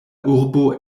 urbo